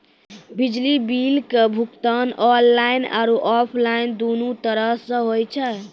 बिजली बिल के भुगतान आनलाइन आरु आफलाइन दुनू तरहो से होय छै